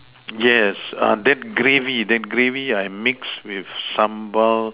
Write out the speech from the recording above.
yes that gravy that gravy I mix with sambal